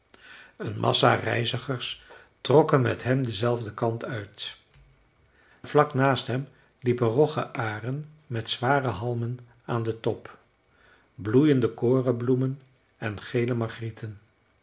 een massa reizigers trokken met hem denzelfden kant uit vlak naast hem liepen rogge aren met zware halmen aan den top bloeiende korenbloemen en gele